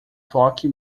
toque